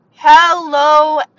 hello